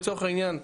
לצורך העניין,